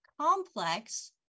complex